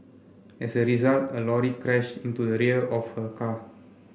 as a result a lorry crashed into the rear of her car